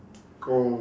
oh